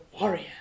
warrior